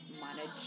manage